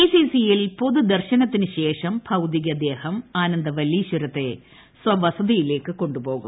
ഡിസിസിയിൽ പൊതുദർശനശേഷം ഭൌതികദേഹം ആനന്ദവല്പീശ്വരത്തെ സ്വവസതിയിലേക്ക് കൊണ്ടുപോകും